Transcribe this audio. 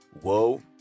Whoa